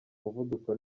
umuvuduko